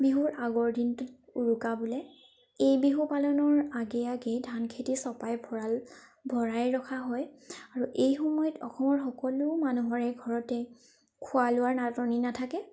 বিহুৰ আগৰ দিনটোত উৰুকা বোলে এই বিহু পালনৰ আগে আগে ধান খেতি চপাই ভঁৰাল ভৰাই ৰখা হয় আৰু এইসময়ত অসমৰ সকলো মানুহৰে ঘৰতে খোৱা লোৱাৰ নাটনি নাথাকে